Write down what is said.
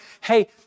hey